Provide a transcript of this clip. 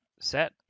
set